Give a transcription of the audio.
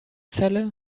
celle